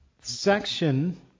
section